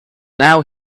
now